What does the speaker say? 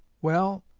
well,